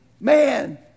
man